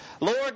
Lord